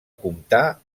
comptar